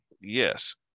Yes